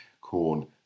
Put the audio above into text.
corn